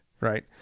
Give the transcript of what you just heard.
right